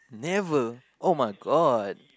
never oh my god